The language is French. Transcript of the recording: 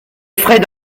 fred